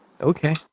okay